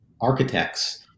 architects